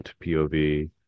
pov